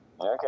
okay